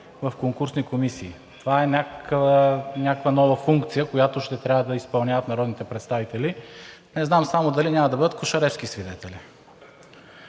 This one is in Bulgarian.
в конкурсни комисии. Това е някаква нова функция, която ще трябва да изпълняват народните представители. Не знам само дали няма да бъдат кошаревски свидетели?!